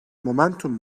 momentum